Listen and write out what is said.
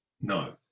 no